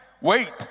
wait